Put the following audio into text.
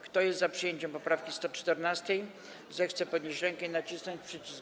Kto jest za przyjęciem poprawki 114., zechce podnieść rękę i nacisnąć przycisk.